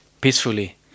peacefully